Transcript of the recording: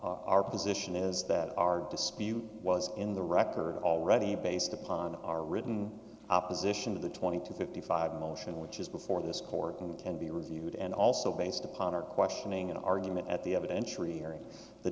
our position is that our dispute was in the record already based upon our written opposition of the twenty to fifty five motion which is before this court and can be reviewed and also based upon our questioning an argument at the evidence hearing the